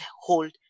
hold